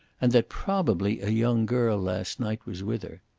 and that probably a young girl last night was with her.